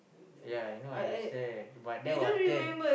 yeah I know I said but that was then